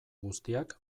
guztiak